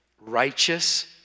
righteous